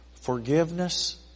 Forgiveness